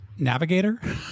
Navigator